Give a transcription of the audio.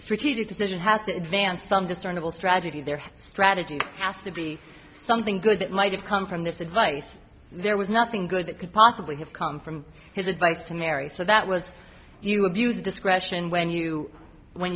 strategic decision has to advance some discernible tragedy their strategy has to be something good that might have come from this advice there was nothing good that could possibly have come from his advice to mary so that was you abused discretion when you when